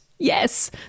Yes